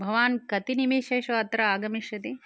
भवान् कति निमिषेषु अत्र आगमिष्यति